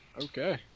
okay